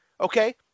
okay